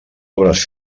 obres